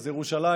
אז ירושלים,